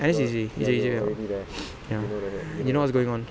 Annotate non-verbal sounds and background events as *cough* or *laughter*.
N_S is easy it's an easier role *noise* ya you know what's going on